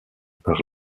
par